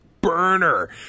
burner